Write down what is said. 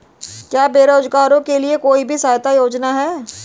क्या बेरोजगारों के लिए भी कोई सहायता योजना है?